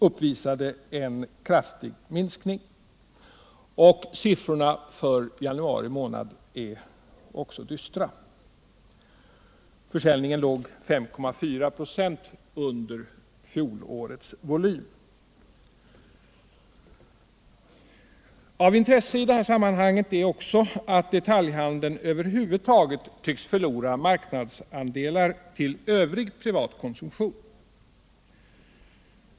uppvisade en kraftig minskning, och siffrorna för januari månad är också dystra. Försäljningen låg 5,4 "5 under fjolårets volym. Av intresse i detta sammanhang är också att detaljhandeln över huvud taget tycks förlora marknadsandelar till övrig privat konsumtion.